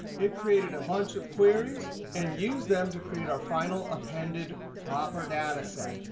it created a bunch of queries and used them to create our final appended proper data set.